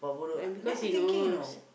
because he knows